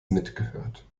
mitgehört